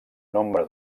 nombre